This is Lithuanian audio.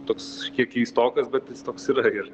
toks kiek keistokas bet jis toks yra ir